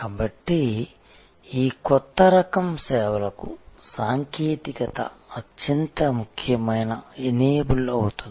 కాబట్టి ఈ కొత్త తరం సేవలకు సాంకేతికత అత్యంత ముఖ్యమైన ఎనేబుల్ అవుతుంది